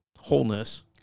wholeness